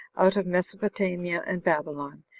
out of mesopotamia and babylon,